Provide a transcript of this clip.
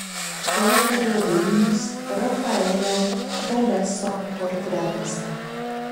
pokario vilnius rafaelio chvoleso portretuose